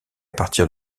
partir